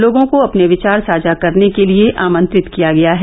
लोगों को अपने विचार साझा करने के लिए आंमत्रित किया गया है